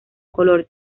color